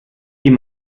die